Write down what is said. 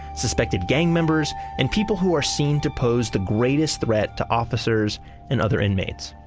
suspected gang members and people who are seen to pose the greatest threat to officers and other inmates.